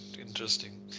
interesting